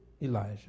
Elijah